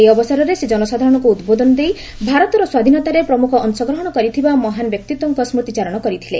ଏହି ଅବସରରେ ସେ ଜନସାଧାରଣଙ୍କୁ ଉଦ୍ବୋଧନ ଦେଇ ଭାରତର ସ୍ୱାଧୀନତାରେ ପ୍ରମୁଖ ଅଂଶ ଗ୍ରହଶ କରିଥିବା ମହାନ୍ ବ୍ୟକ୍ତିଙ୍କ ସ୍ଦୁତି ଚାରଣ କରିଥିଲେ